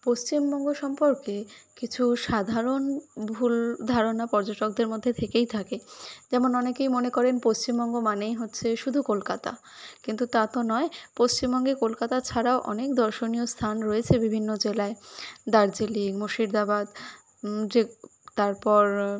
পশ্চিমবঙ্গ সম্পর্কে কিছু সাধারণ ভুল ধারণা পর্যটকদের মধ্যে থেকেই থাকে যেমন অনেকেই মনে করেন পশ্চিমবঙ্গ মানেই হচ্ছে শুধু কলকাতা কিন্তু তা তো নয় পশ্চিমবঙ্গে কলকাতা ছাড়াও অনেক দর্শনীয় স্থান রয়েছে বিভিন্ন জেলায় দার্জিলিং মুর্শিদাবাদ যে তারপর